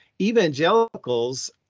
evangelicals